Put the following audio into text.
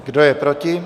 Kdo je proti?